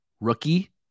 Rookie